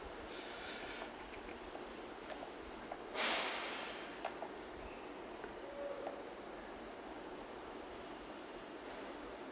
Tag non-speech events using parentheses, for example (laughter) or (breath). (breath)